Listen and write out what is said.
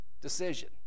decision